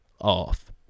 off